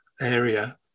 area